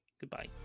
Goodbye